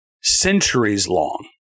centuries-long